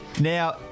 Now